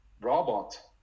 robot